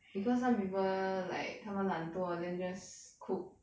because some people like 他们懒惰 then just cook